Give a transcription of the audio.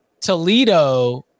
Toledo